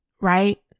right